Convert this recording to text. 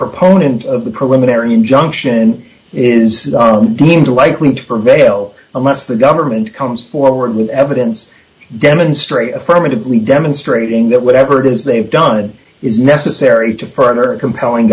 proponent of the preliminary injunction is deemed a likely to prevail unless the government comes forward with evidence demonstrate affirmatively demonstrating that whatever it is they've done is necessary to further a compelling